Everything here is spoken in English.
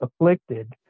afflicted